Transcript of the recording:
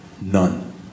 None